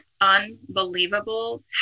unbelievable